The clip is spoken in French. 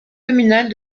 communales